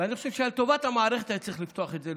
ואני חושב שלטובת המערכת היה צריך לפתוח את זה,